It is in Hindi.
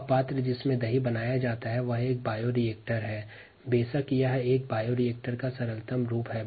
वेसल जिसमें दही निर्मित किया जाता है वह बायोरिएक्टर का एक सरलतम रूप है